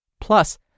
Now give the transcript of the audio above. Plus